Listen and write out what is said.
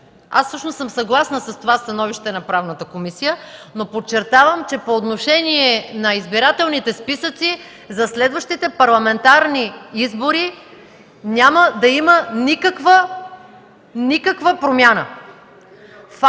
Аз всъщност съм съгласна с това становище на Правната комисия, но подчертавам, че по отношение на избирателните списъци за следващите парламентарни избори няма да има никаква промяна.